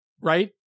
right